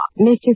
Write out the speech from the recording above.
Mr